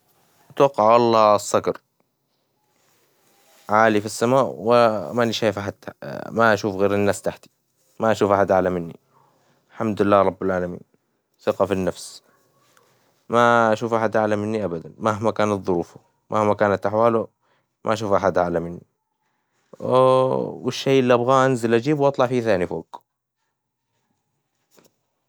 توكل على الله الصجرعالي في السماء وماني شايفه حتى ما أشوف غير الناس تحتي، ما أشوف أحد أعلى مني، الحمد لله رب العالمين، ثقة في النفس، ما أشوف أحد أعلى مني أبدًا مهما كانت ظروفه مهما كانت أحواله، ما أشوف أحد أعلى مني، والشي اللي أبغاه أنزل أجيبه واطلع فيه ثاني فوق.